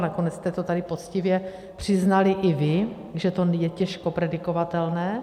Nakonec jste to tady poctivě přiznali i vy, že to je těžko predikovatelné.